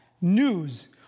news